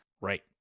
Right